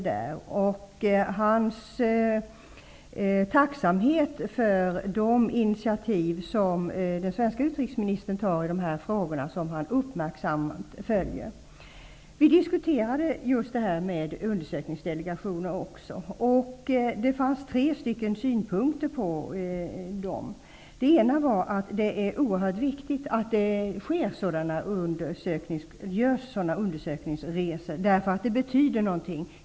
Han visade tacksamhet för de initiativ som den svenska utrikesministern tar i dessa frågor, som han uppmärksamt följer. Vi diskuterade också just undersökningsdelegationer. Det fanns tre synpunkter på dem. Den ena var att det är oerhört viktigt att det görs sådana undersökningsresor, därför att de betyder någonting.